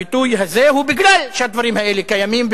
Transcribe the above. הביטוי הזה הוא מכיוון שהדברים האלה קיימים,